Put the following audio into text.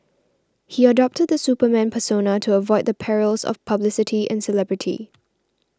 he adopted the Superman persona to avoid the perils of publicity and celebrity